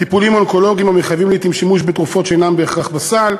טיפולים אונקולוגיים המחייבים לעתים שימוש בתרופות שאינן בהכרח בסל,